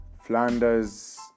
Flanders